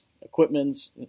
equipments